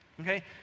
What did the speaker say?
okay